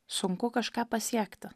sunku kažką pasiekti